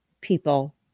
people